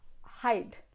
hide